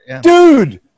dude